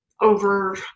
over